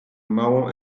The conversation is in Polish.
małą